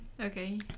okay